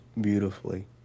beautifully